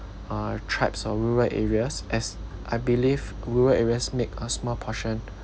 uh tribes or rural areas as I believe rural areas make a small portion